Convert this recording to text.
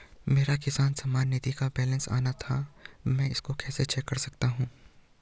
मेरा किसान सम्मान निधि का बैलेंस आना था मैं इसको कैसे चेक कर सकता हूँ?